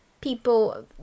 people